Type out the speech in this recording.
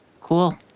Cool